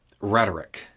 rhetoric